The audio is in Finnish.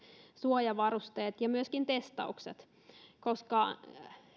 suojavarusteet ja myöskin testaukset